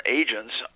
agents